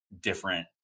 different